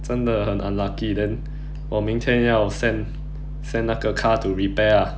真的很 unlucky then 我明天要 send send 那个 car to repair ah